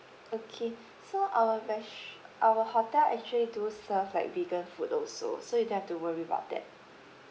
okay so our res~ our hotel actually do serve like vegan food also so you don't have to worry about that